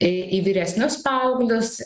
į į vyresnius paauglius